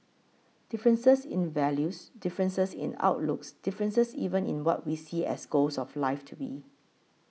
differences in values differences in outlooks differences even in what we see as goals of life to be